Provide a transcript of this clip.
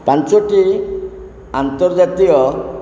ପାଞ୍ଚଟି ଆର୍ନ୍ତଜାତୀୟ